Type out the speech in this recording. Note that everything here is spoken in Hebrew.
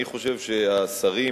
אני חושב שהשרים,